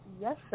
Yes